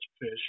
fish